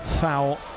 foul